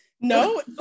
no